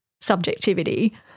subjectivity